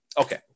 okay